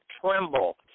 tremble